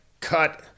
cut